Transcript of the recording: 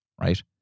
Right